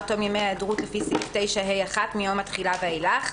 תום ימי היעדרות לפי סעיף 9(ה)(1) מיום התחילה ואילך".